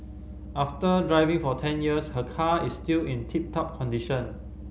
after driving for ten years her car is still in tip top condition